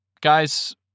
guys